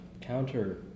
counter